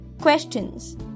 Questions